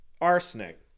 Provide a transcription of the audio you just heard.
arsenic